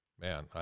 man